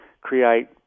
create